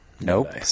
Nope